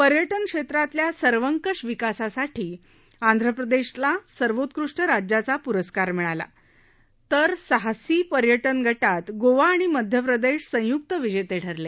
पर्यटन क्षेत्रातल्या सर्वकष विकासासाठी आंध्रप्रदेशला सर्वोत्कृष्ट राज्याचा पुरस्कार मिळाला तर साहसिक पर्यटन गटात गोवा आणि मध्य प्रदेश संयुक विजेते ठरले